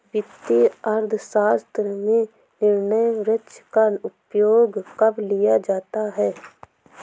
वित्तीय अर्थशास्त्र में निर्णय वृक्ष का उपयोग कब किया जाता है?